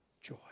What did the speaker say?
joy